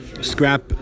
scrap